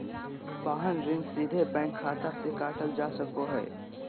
वाहन ऋण सीधे बैंक खाता से काटल जा सको हय